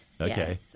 okay